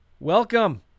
Welcome